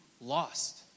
lost